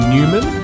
Newman